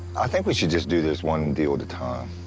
i think we should just do this one deal at a time.